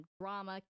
Drama